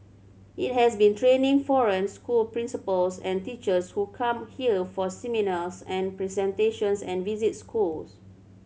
it has been training foreign school principals and teachers who come here for seminars and presentations and visit schools